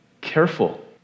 careful